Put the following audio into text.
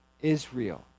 Israel